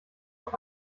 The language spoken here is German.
auf